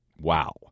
Wow